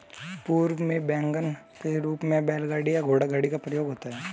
पूर्व में वैगन के रूप में बैलगाड़ी या घोड़ागाड़ी का प्रयोग होता था